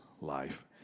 life